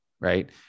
right